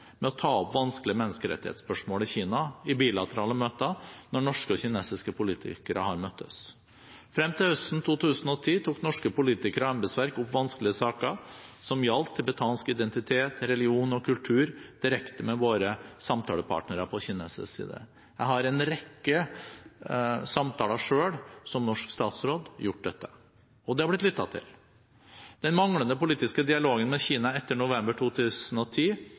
med å ta opp vanskelige menneskerettighetsspørsmål i Kina under bilaterale møter når norske og kinesiske politikere har møttes. Frem til høsten 2010 tok norske politikere og embetsverk opp vanskelige saker som gjaldt tibetansk identitet, religion og kultur, direkte med våre samtalepartnere på kinesisk side. Jeg har i en rekke samtaler selv gjort dette, som norsk statsråd, og det har blitt lyttet til. Den manglende politiske dialogen med Kina etter november 2010